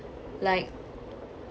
like